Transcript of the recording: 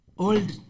Old